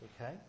Okay